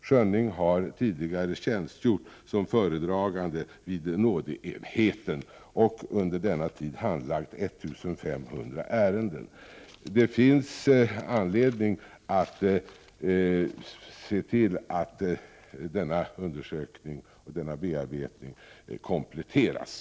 Schönning har tidigare tjänstgjort som föredragande vid nådeenheten och under denna tid handlagt ca 1 500 nådeärenden. Det finns anledning att se till att denna undersökning och bearbetning kompletteras.